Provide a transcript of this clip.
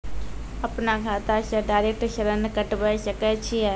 अपन खाता से डायरेक्ट ऋण कटबे सके छियै?